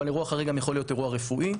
אבל אירוע חריג יכול להיות גם אירוע רפואי.